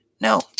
No